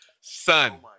Son